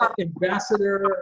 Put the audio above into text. ambassador